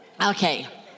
Okay